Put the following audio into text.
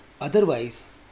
Otherwise